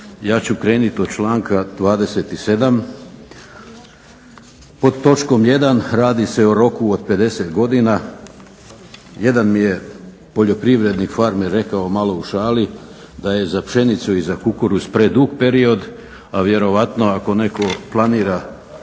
Ja ću krenuti od članka 27. Pod točkom 1.radi se o roku od 50 godina. Jedan mi je poljoprivrednik, farmer rekao malo u šali da je za pšenicu i kukuruz predug period, a vjerojatno ako netko planira